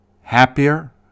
happier